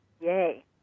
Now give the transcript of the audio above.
Yay